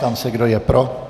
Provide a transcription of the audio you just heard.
Ptám se, kdo je pro.